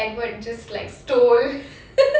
edward just like stole